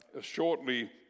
shortly